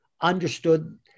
understood